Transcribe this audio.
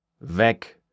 weg